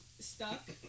stuck